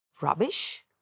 Rubbish